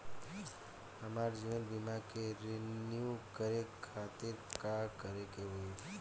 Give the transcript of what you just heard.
हमार जीवन बीमा के रिन्यू करे खातिर का करे के होई?